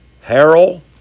Harold